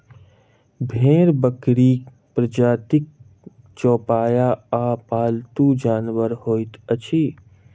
भेंड़ बकरीक प्रजातिक चौपाया आ पालतू जानवर होइत अछि